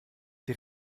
die